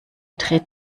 dreht